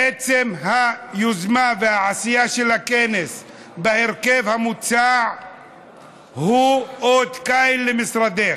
עצם היוזמה והעשייה של הכנס בהרכב המוצע הוא אות קין על משרדך.